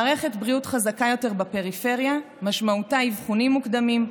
מערכת בריאות חזקה יותר בפריפריה משמעותה אבחונים מוקדמים,